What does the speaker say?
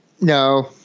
No